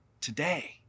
today